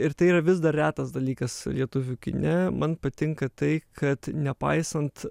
ir tai yra vis dar retas dalykas lietuvių kine man patinka tai kad nepaisant